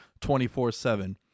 24-7